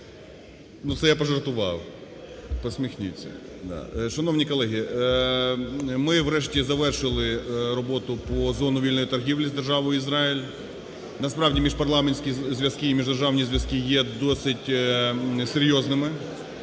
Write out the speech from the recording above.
це я пожартував. Посміхніться. Шановні колеги, ми, врешті, завершили роботу по зоні вільної торгівлі з Державою Ізраїль. Насправді міжпарламентські зв'язки і міждержавні зв'язки є досить серйозними.